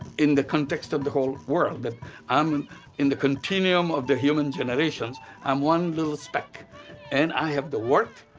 in the context of the whole world. that i'm and in the continuum of the human generation i'm one little speck and i have the worth,